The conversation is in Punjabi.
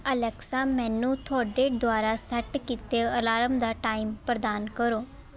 ਅਲੈਕਸਾ ਮੈਨੂੰ ਤੁਹਾਡੇ ਦੁਆਰਾ ਸੈੱਟ ਕੀਤੇ ਅਲਾਰਮ ਦਾ ਟਾਈਮ ਪ੍ਰਦਾਨ ਕਰੋ